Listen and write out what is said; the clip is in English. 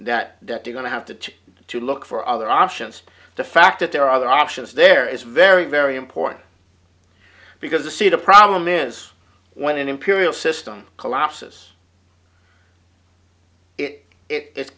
that that they're going to have to choose to look for other options the fact that there are other options there is very very important because the see the problem is when an imperial system collapses it it